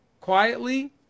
quietly